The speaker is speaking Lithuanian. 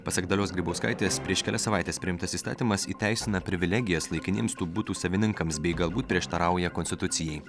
pasak dalios grybauskaitės prieš kelias savaites priimtas įstatymas įteisina privilegijas laikiniems tų butų savininkams bei galbūt prieštarauja konstitucijai